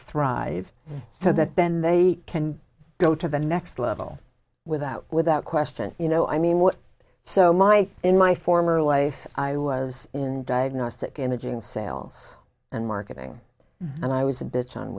thrive so that then they can go to the next level without without question you know i mean what so my in my former life i was in diagnostic imaging sales and marketing and i was a bitch on